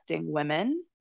women